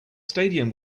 stadium